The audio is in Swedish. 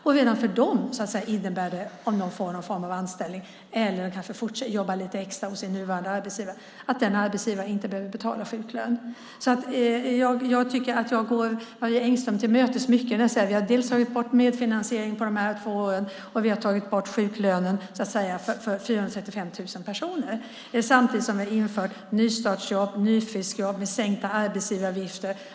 Om de får någon form av anställning eller kan jobba lite extra hos sin nuvarande arbetsgivare innebär det att den arbetsgivaren inte behöver betala sjuklön. Jag tycker att jag går Marie Engström till mötes när jag säger att vi på de här två åren har tagit bort medfinansieringen och tagit bort sjuklönen för 435 000 personer. Samtidigt har vi infört nystartsjobb och nyfriskjobb med sänkta arbetsgivaravgifter.